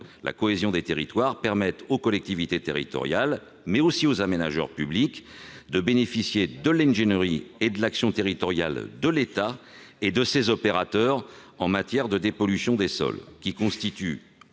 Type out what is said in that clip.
la cohésion des territoires permette aux collectivités territoriales, mais aussi aux aménageurs publics, de bénéficier de l'ingénierie et de l'action territoriale de l'État et de ses opérateurs en matière de dépollution des sols. C'est